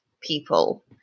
people